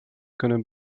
kunnen